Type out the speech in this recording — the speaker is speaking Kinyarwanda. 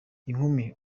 inkumi